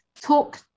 talk